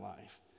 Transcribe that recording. life